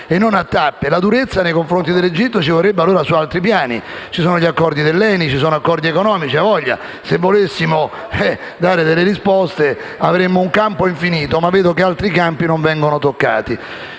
La durezza nei confronti dell'Egitto ci vorrebbe su altri piani. Ci sono accordi dell'ENI e accordi economici e, quindi, se volessimo dare delle risposte avremmo un campo infinito, ma vedo che alcune tematiche non vengono toccate.